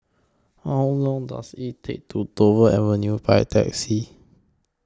How Long Does IT Take to Dover Avenue By Taxi